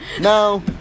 No